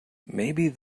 maybe